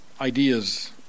ideas